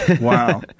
Wow